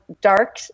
dark